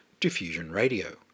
diffusionradio